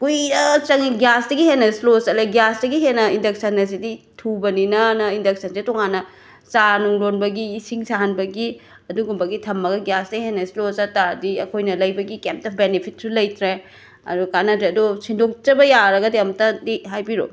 ꯀꯨꯏꯅ ꯆꯪꯉꯦ ꯒ꯭ꯌꯥꯁꯇꯒꯤ ꯍꯦꯟꯅ ꯁ꯭ꯂꯣ ꯆꯠꯂꯦ ꯒ꯭ꯌꯥꯁꯇꯒꯤ ꯍꯦꯟꯅ ꯏꯟꯗꯛꯁꯟ ꯍꯥꯏꯁꯤꯗꯤ ꯊꯨꯕꯅꯤꯅ ꯍꯥꯏꯅ ꯏꯟꯗꯛꯁꯟꯁꯦ ꯇꯣꯉꯥꯟꯅ ꯆꯥ ꯅꯨꯡ ꯂꯣꯟꯕꯒꯤ ꯏꯁꯤꯡ ꯁꯥꯍꯟꯕꯒꯤ ꯑꯗꯨꯒꯨꯝꯕꯒꯤ ꯊꯝꯃꯒ ꯒ꯭ꯌꯥꯁꯇꯒꯤ ꯍꯦꯟꯅ ꯁ꯭ꯂꯣ ꯆꯠꯄ ꯇꯥꯔꯗꯤ ꯑꯩꯈꯣꯏꯅ ꯂꯩꯕꯒꯤ ꯀꯩꯝꯇ ꯕꯦꯅꯦꯐꯤꯠꯁꯨ ꯂꯩꯇ꯭ꯔꯦ ꯑꯗꯣ ꯀꯥꯟꯅꯗ꯭ꯔꯦ ꯑꯗꯣ ꯁꯤꯟꯗꯣꯛꯆꯕ ꯌꯥꯔꯒꯗꯤ ꯑꯝꯇꯗꯤ ꯍꯥꯏꯕꯤꯔꯛꯑꯣ